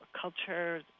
culture